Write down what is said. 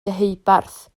deheubarth